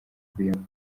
akuyemo